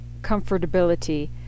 comfortability